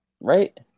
Right